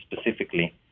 specifically